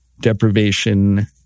deprivation